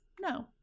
no